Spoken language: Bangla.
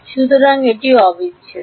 সুতরাং অবিচ্ছেদ্য